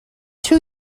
two